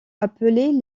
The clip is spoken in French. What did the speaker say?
appelés